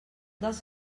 dels